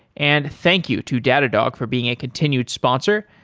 and thank you to datadog for being a continued sponsor.